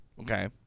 Okay